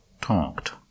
talked